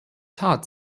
tat